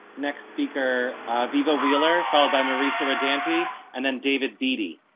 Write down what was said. next speaker viva wheeler, followed by my recent identity and then david beady